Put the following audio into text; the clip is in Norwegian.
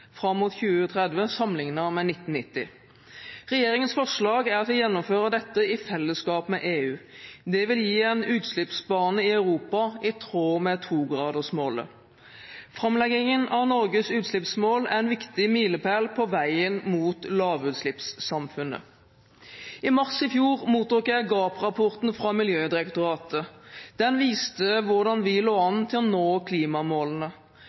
fram mot 2030 sammenlignet med 1990. Regjeringens forslag er at vi gjennomfører dette i fellesskap med EU. Det vil gi en utslippsbane i Europa i tråd med togradersmålet. Framleggingen av Norges utslippsmål er en viktig milepæl på veien mot lavutslippssamfunnet. I mars i fjor mottok jeg GAP-rapporten fra Miljødirektoratet. Den viste hvordan vi lå an til å nå klimamålene.